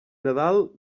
nadal